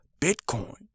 Bitcoin